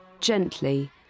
gently